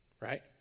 right